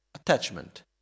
Attachment